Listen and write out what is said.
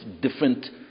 different